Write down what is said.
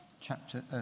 chapter